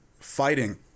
fighting